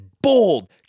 bold